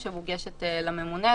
שמוגשת לממונה,